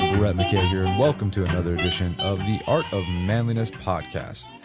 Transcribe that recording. brett mckay here and welcome to another edition of the art of manliness podcast.